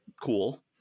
cool